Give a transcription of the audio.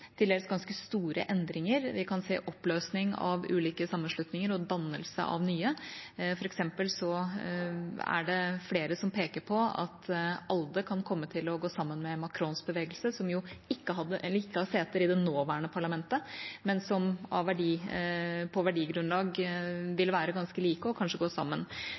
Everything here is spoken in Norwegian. til dels ganske store endringer. Vi kan se oppløsning av ulike sammenslutninger og dannelse av nye. For eksempel er det flere som peker på at ALDE kan komme til å gå sammen med Macrons bevegelse, som ikke har seter i det nåværende parlamentet, men som i verdigrunnlag vil være ganske like og kanskje gå